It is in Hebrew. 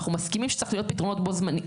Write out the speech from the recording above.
אנחנו מסכימים שצריך להיות פתרונות בו-זמנית,